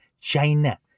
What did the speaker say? China